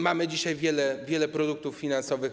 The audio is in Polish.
Mamy dzisiaj wiele produktów finansowych.